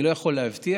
אני לא יכול להבטיח.